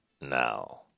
now